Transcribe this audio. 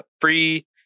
free